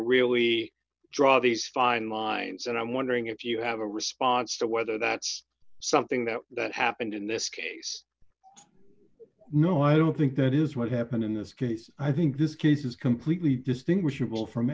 really draw these fine lines and i'm wondering if you have a response to whether that's something that that happened in this case no i don't think that is what happened in this case i think this case is completely distinguish